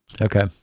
Okay